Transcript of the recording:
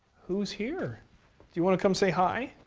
who's here? do you want to come say hi?